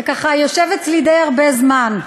זה, ככה, יושב אצלי די הרבה זמן.